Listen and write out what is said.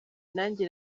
nanjye